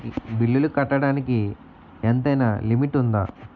బిల్లులు కట్టడానికి ఎంతైనా లిమిట్ఉందా?